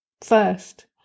first